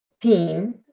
team